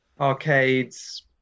arcades